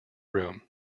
room